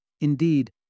Indeed